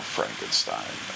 Frankenstein